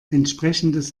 entsprechendes